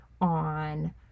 on